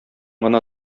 гына